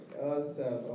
Awesome